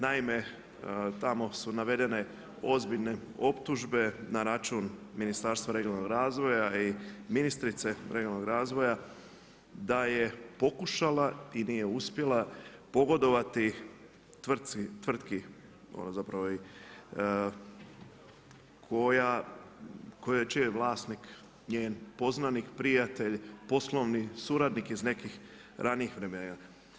Naime, tamo su navedene ozbiljne optužbe na račun Ministarstva regionalnog razvoja i ministrice regionalnog razvoja, da je pokušala i nije uspjela pogodovati tvrtki čiji je vlasnik njen poznanik, prijatelj, poslovni suradnik iz nekih ranijih vremena.